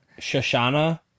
Shoshana